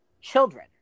children